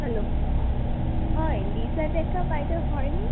hello হয় লিজা ডেকা বাইদেউ হয়নে